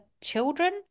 children